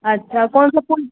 अच्छा कौन सा फूल